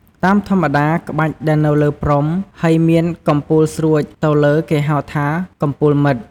តាមធម្មតា ក្បាច់ដែលនៅលើព្រំ ហើយមានកំពូលស្រួចទៅលើគេហៅថា “កំពូលម៉ិត”។